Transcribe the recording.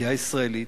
תעשייה ישראלית,